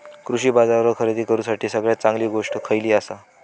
कृषी बाजारावर खरेदी करूसाठी सगळ्यात चांगली गोष्ट खैयली आसा?